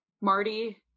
Marty